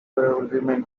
remain